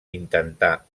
intentà